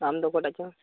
ᱟᱢ ᱫᱚ ᱚᱠᱚᱭᱴᱟᱜ ᱪᱚ